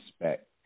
respect